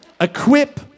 Equip